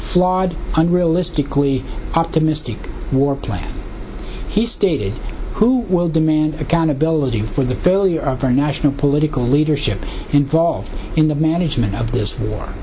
flawed and realistically optimistic war plan he stated who will demand accountability for the failure of our national political leadership involved in the management of this war